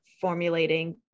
formulating